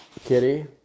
kitty